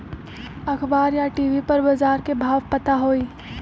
अखबार या टी.वी पर बजार के भाव पता होई?